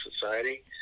society